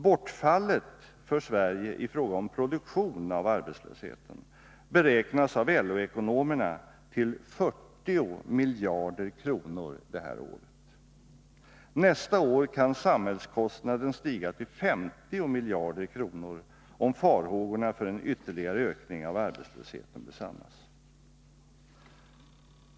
Bortfallet för Sverige på grund av arbetslösheten i fråga om produktion beräknas av LO ekonomerna till 40 miljarder kronor i år. Nästa år kan samhällskostnaden stiga till 50 miljarder kronor, om farhågorna för en ytterligare ökning av arbetslösheten besannas.